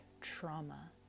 trauma